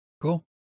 Cool